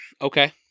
Okay